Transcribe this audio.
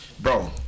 Bro